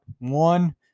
One